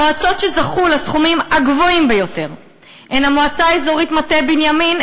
המועצות שזכו לסכומים הגבוהים ביותר הן המועצה האזורית מטה-בנימין,